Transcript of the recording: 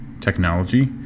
technology